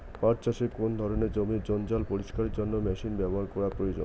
পাট চাষে কোন ধরনের জমির জঞ্জাল পরিষ্কারের জন্য মেশিন ব্যবহার করা প্রয়োজন?